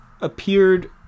appeared